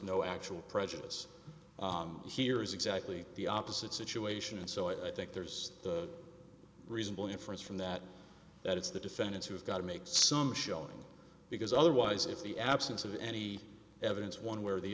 no actual prejudice here is exactly the opposite situation and so i think there's a reasonable inference from that that it's the defendants who have got to make some showing because otherwise if the absence of any evidence one way or the